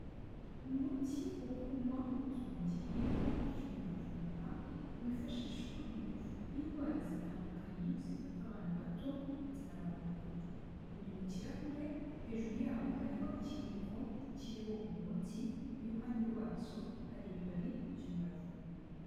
Umuti wo kunywa ukozwe mu gihingwa cy'umuravumba, wifashishwa mu kuvura indwara zitandukanye zifata abana bato ndetse n'abantu bakuru. Uri mu kirahure, hejuru yawo hariho ikiyiko kiriho uwo muti, iruhande rwabyo hari ibibabi by'umuravumba.